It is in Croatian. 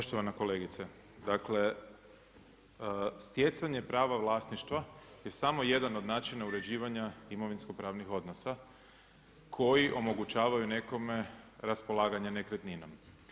Poštovana kolegice, dakle stjecanje prava vlasništva je samo jedan od način uređivanja imovinsko-pravnih odnosa koji omogućavaju nekome raspolaganje nekretninom.